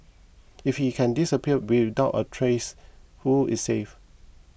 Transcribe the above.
if he can disappear without a trace who is safe